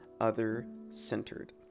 other-centered